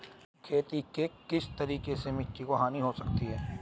खेती के किस तरीके से मिट्टी की हानि हो सकती है?